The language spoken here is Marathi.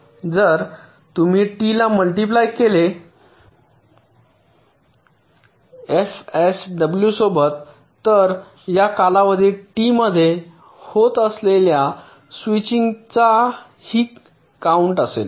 जर तुम्ही टी ला मल्टीप्लाय केले एफएसडब्ल्यू सोबत तर या कालावधीत टी मध्ये होत असलेल्या स्विचिंगचा ही काउंट असेल